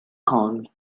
col